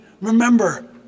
remember